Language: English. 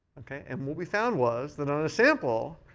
and what we found was that on the sample,